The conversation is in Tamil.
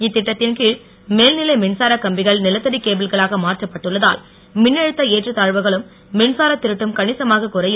இத்திட்டத்தின் கீழ் மேல்நிலை மின்சாரக் கம்பிகள் நிலத்தடி கேபிள்களாக மாற்றப்பட்டுள்ளதால் மின்னழுத்த ஏற்றத்தாழ்வுகளும் மின்சார இருட்டும் கணிசமாக குறையும்